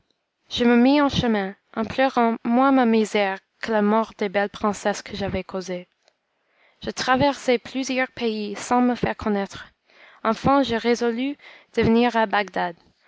je me mis en chemin en pleurant moins ma misère que la mort des belles princesses que j'avais causée je traversai plusieurs pays sans me faire connaître enfin je résolus de venir à bagdad